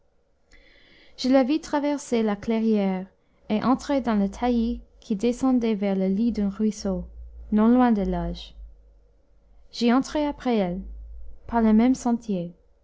je la vis traverser la clairière et entrer dans le taillis qui descendait vers le lit d'un ruisseau non loin des loges j'y entrai après elle par le même sentier